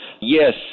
Yes